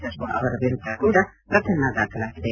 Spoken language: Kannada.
ಶರ್ಮಾ ಅವರ ವಿರುದ್ದ ಕೂಡಾ ಪ್ರಕರಣ ದಾಖಲಾಗಿದೆ